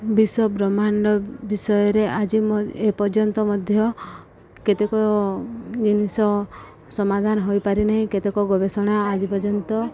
ବିଶ୍ୱବ୍ରହ୍ମାଣ୍ଡ ବିଷୟରେ ଆଜି ଏ ପର୍ଯ୍ୟନ୍ତ ମଧ୍ୟ କେତେକ ଜିନିଷ ସମାଧାନ ହୋଇ ପାରିନାହିଁ କେତେକ ଗବେଷଣା ଆଜି ପର୍ଯ୍ୟନ୍ତ